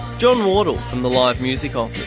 john wardle from the live music um